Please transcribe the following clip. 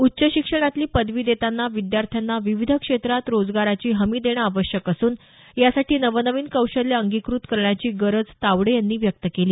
उच्च शिक्षणातली पदवी देताना विद्यार्थ्यांना विविध क्षेत्रात रोजगाराची हमी देणं आवश्यक असून यासाठी नवनवीन कौशल्य अंगीकृत करण्याची गरज तावडे यांनी व्यक्त केली